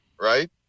right